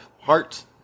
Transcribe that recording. Heart